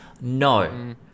no